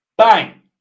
Bang